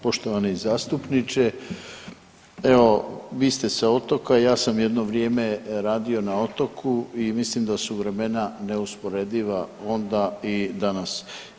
Poštovani zastupniče, evo vi ste s otoka i ja sam jedno vrijeme radio na otoku i mislim da su vremena neusporediva onda i danas.